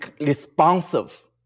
responsive